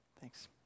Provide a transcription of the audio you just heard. Thanks